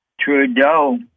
Trudeau